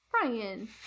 brian